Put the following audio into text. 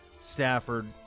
Stafford